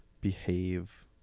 behave